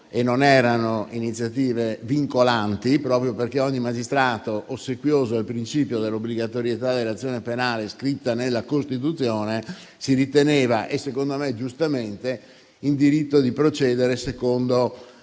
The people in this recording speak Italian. e non erano vincolanti, proprio perché ogni magistrato, ossequioso al principio dell'obbligatorietà dell'azione penale scritto in Costituzione, si riteneva - secondo me giustamente - in diritto di procedere secondo